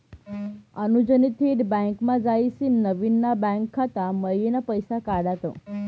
अनुजनी थेट बँकमा जायसीन नवीन ना बँक खाता मयीन पैसा काढात